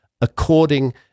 according